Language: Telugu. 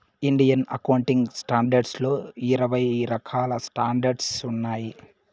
ఇండియన్ అకౌంటింగ్ స్టాండర్డ్స్ లో ఇరవై రకాల స్టాండర్డ్స్ ఉన్నాయి